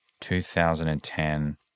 2010